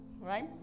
right